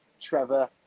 Trevor